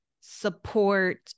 support